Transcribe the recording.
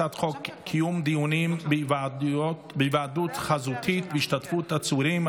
הצעת חוק קיום דיונים בהיוועדות חזותית בהשתתפות עצורים,